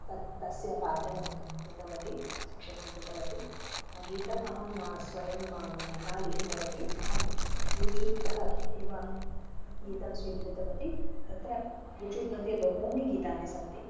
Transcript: तत् तस्य पाठनं कृतवती शिक्षणं कृतवती गीतम् अहं स्वयं न लिखितवती अहं यूट्यूब् तः एव गीतं स्वीकृतवती तत्र यूट्यूब् मध्ये बहूनि गीतानि सन्ति